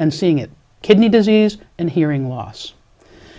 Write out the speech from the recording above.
and seeing it kidney disease and hearing loss